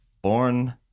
born